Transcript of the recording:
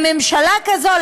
עם ממשלה כזו,